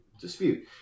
dispute